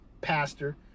pastor